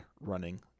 running